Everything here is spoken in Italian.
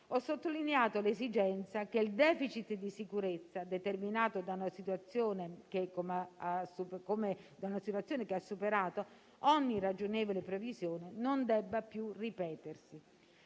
ho sottolineato l'esigenza che il *deficit* di sicurezza determinato da una situazione che ha superato ogni ragionevole previsione non debba più ripetersi;